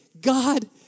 God